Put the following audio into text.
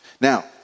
Now